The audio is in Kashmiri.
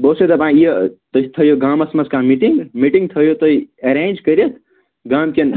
بہٕ اوسے دَپان یہِ تُہۍ تھٲیِو گامَس منٛز کانٛہہ میٖٹِنٛگ میٖٹِنٛگ تھٲوِو تُہۍ ایرینٛج کٔرِتھ گامٕکٮ۪ن